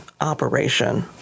operation